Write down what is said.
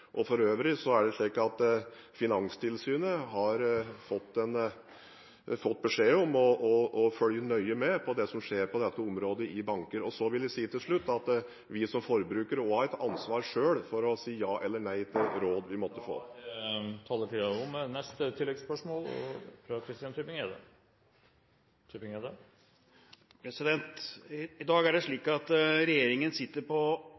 For øvrig har Finanstilsynet fått beskjed om å følge nøye med på det som skjer på dette området i bankene. Så vil jeg si til slutt at vi som forbrukere også har et ansvar selv for å si ja eller nei til råd vi måtte få. Christian Tybring-Gjedde – til oppfølgingsspørsmål. I dag er det slik at regjeringen sitter på